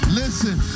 listen